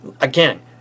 again